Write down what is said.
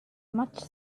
much